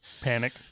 panic